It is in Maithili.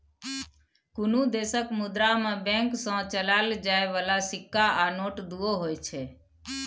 कुनु देशक मुद्रा मे बैंक सँ चलाएल जाइ बला सिक्का आ नोट दुओ होइ छै